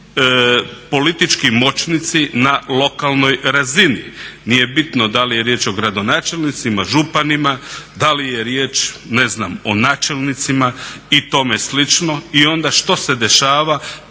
politički moćnici na lokalnoj razini. Nije bitno da li je riječ o gradonačelnicima, županima, da li je riječ ne znam o načelnicima i tome slično. I onda što se dešava?